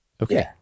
Okay